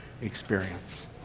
experience